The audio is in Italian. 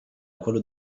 quello